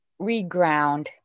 reground